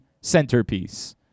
centerpiece